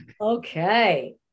Okay